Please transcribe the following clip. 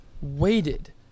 Waited